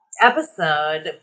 episode